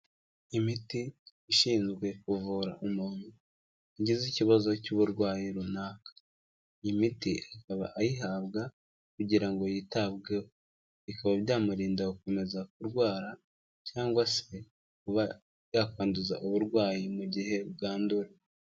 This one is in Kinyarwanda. Imiti ishinzwe kuvura umuntu ugize ikibazo cy'uburwayi runaka imiti akaba ayihabwa kugira ngo yitabweho bikaba byamurinda gukomeza kurwara cyangwa se kuba yakwanduza uburwayi mu gihe bwanduwe.